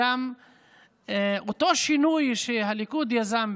אותו שינוי שהליכוד יזם,